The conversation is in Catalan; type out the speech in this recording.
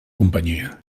companyia